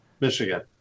Michigan